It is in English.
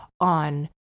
on